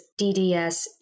DDS